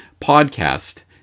podcast